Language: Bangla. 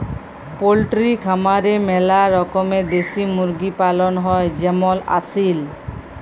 পল্ট্রি খামারে ম্যালা রকমের দেশি মুরগি পালন হ্যয় যেমল আসিল